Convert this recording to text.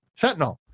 fentanyl